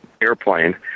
airplane